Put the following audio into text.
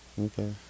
Okay